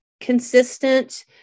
consistent